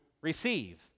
receive